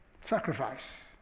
Sacrifice